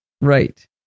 Right